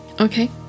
Okay